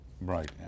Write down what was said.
Right